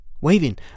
waving